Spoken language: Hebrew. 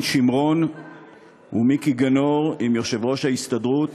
שמרון ומיקי גנור עם יושב-ראש ההסתדרות